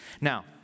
Now